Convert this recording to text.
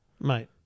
Mate